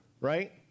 right